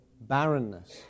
barrenness